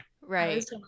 right